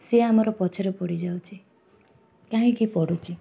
ସିଏ ଆମର ପଛରେ ପଡ଼ିଯାଉଛି କାହିଁକି ପଡ଼ୁଛି